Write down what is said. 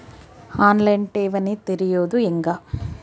On line ಠೇವಣಿ ತೆರೆಯೋದು ಹೆಂಗ?